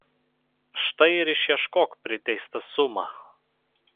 štai ir išieškok priteistą sumą